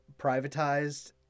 privatized